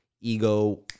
ego